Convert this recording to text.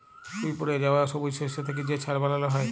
উইপড়ে যাউয়া ছবুজ শস্য থ্যাইকে যে ছার বালাল হ্যয়